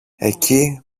εκεί